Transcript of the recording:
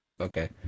okay